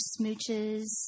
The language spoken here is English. smooches